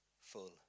full